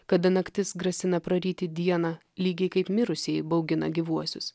kada naktis grasina praryti dieną lygiai kaip mirusieji baugina gyvuosius